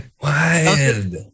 Wild